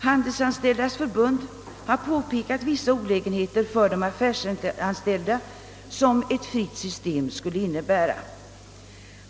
Handelsanställdas förbund har påpekat vissa olägenheter för de affärsanställda som ett fritt system skulle innebära.